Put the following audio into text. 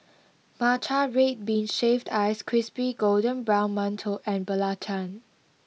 Matcha Red Bean Shaved Ice Crispy Golden Brown Mantou and Belacan